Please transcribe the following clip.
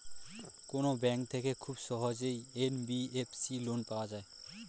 কোন ব্যাংক থেকে খুব সহজেই এন.বি.এফ.সি লোন পাওয়া যায়?